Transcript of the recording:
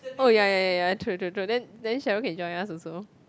oh ya ya ya ya true true true then then Sharon can join us also